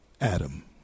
Adam